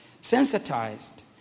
sensitized